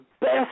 best